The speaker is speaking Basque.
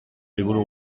liburu